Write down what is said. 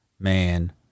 Man